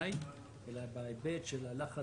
הפלסטינית אלא בהיבט של הלחץ